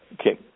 Okay